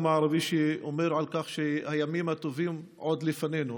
הערבי שמדבר על כך שהימים הטובים עוד לפנינו,